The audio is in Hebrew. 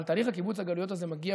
אבל תהליך קיבוץ הגלויות הזה מגיע